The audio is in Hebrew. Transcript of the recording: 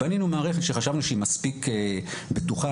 בנינו מערכת שחשבנו שהיא מספיק בטוחה,